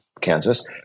kansas